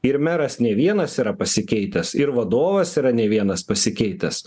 ir meras ne vienas yra pasikeitęs ir vadovas yra ne vienas pasikeitęs